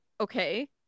Okay